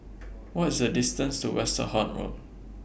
What IS The distance to Westerhout Road